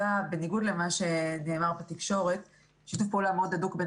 שבניגוד למה שנאמר בתקשורת יש שיתוף פעולה מאוד הדוק בין